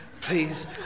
please